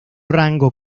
rango